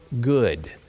good